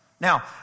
Now